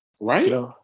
Right